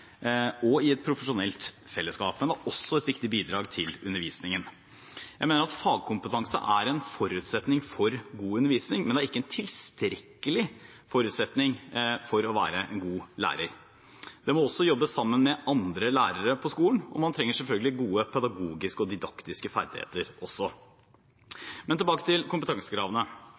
og i et profesjonelt fellesskap, men det er også et viktig bidrag til undervisningen. Jeg mener at fagkompetanse er en forutsetning for god undervisning, men det er ikke en tilstrekkelig forutsetning for å være en god lærer. Det må også jobbes sammen med andre lærere på skolen, og man trenger selvfølgelig også gode pedagogiske og didaktiske ferdigheter. Tilbake til kompetansekravene.